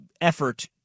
effort